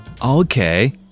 Okay